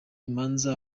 imanza